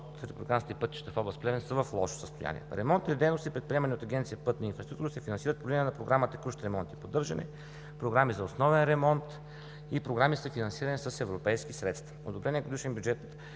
от републиканските пътища в област Плевен са в лошо състояние. Ремонтните дейности, предприемани от Агенция „Пътна инфраструктура“, се финансират по линия на Програмата „Текущи ремонти и поддържане“, програми за основен ремонт и програми, съфинансирани с европейски средства. Одобреният годишен бюджет